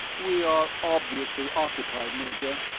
we are obviously occupied, major.